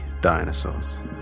dinosaurs